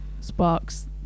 sparks